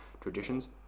Traditions